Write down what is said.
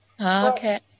Okay